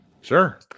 sure